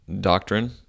doctrine